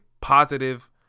positive